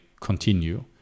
continue